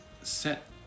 set